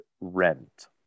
Rent